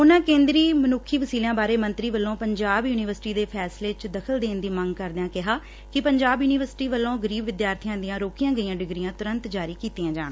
ਉਨੂਾਂ ਕੇਂਦਰੀ ਮਨੁੱਖੀ ਵਸੀਲਿਆਂ ਬਾਰੇ ਮੰਤਰੀ ਵੱਲੋਂ ਪੰਜਾਬ ਯੂਨੀਵਰਸਿਟੀ ਦੇ ਫੈਸਲੇ ਦਖ਼ਲ ਦੇਣ ਦੀ ਮੰਗ ਕਰਦਿਆਂ ਕਿਹਾ ਕਿ ਪੰਜਾਬ ਯੂਨੀਵਰਸਿਟੀ ਵੱਲੋਂ ਗਰੀਬ ਵਿਦਿਆਰਥੀਆਂ ਦੀਆਂ ਰੋਕੀਆਂ ਗਈਆਂ ਡਿਗਰੀਆਂ ਤੁਰੰਤ ਜਾਰੀ ਕੀਤੀਆਂ ਜਾਣ